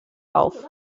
auf